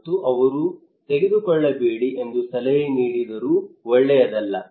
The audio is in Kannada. ಮತ್ತು ಅವರು ತೆಗೆದುಕೊಳ್ಳಬೇಡಿ ಎಂದು ಸಲಹೆ ನೀಡಿದರು ಒಳ್ಳೆಯದಲ್ಲ